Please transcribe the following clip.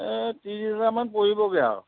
এই ত্ৰিছ হেজাৰমান পৰিবগৈ আৰু